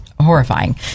horrifying